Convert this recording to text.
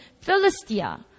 Philistia